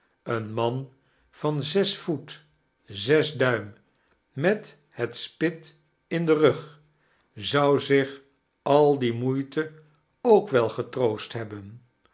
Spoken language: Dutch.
een man van zes voet zes duim met het spit in den rug zou zich al die moeite ook wel getroost hebben